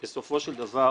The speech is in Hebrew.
בסופו של דבר